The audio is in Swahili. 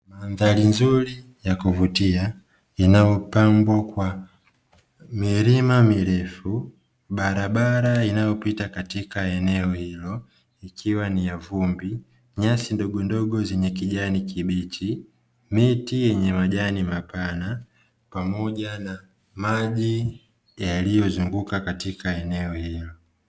Mandhari ya kuvutia inayopambwa kwa milima mirefu barabara inayopita katika eneo hilo, ikiwa ni ya vumbi nyasi ndogondogo zenye kijani kibichi, miti yenye majani mapana pamoja na maji yaliyozunguka katika eneo hilo.